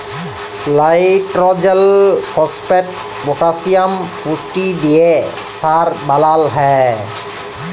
লাইট্রজেল, phosphate, potassium পুষ্টি দিঁয়ে সার বালাল হ্যয়